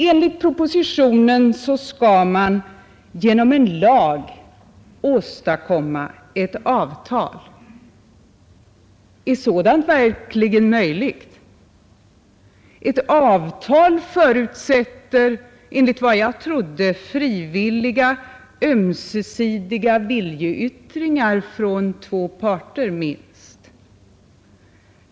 Enligt propositionen skall man genom en lag åstadkomma ett avtal. Är sådant verkligen möjligt? Ett avtal förutsätter, enligt vad jag trodde, frivilliga ömsesidiga viljeyttringar från minst två parter.